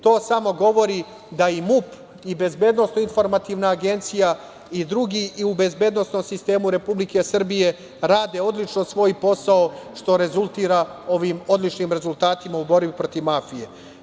To samo govori da i MUP i BIA i drugi u bezbednosnom sistemu Republike Srbije rade odlično svoj posao, što rezultira ovim odličnim rezultatima u borbi protiv mafije.